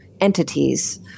entities